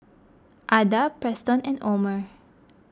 Ada Preston and Omer